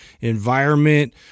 environment